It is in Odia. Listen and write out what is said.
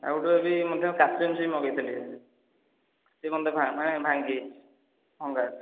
ଆଉ ଗୋଟେ ବି ଅଛି ମଧ୍ୟ ଅଛି କାଚ ଜିନିଷ ମଧ୍ୟ ମଗାଇଥିଲି ଦେଖନ୍ତୁ ଦେଖନ୍ତୁ ମାନେ ଭାଙ୍ଗି ଯାଇଛି ଭଙ୍ଗା ଅଛି